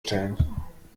stellen